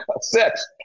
Six